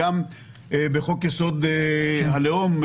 גם בחוק-יסוד: הלאום,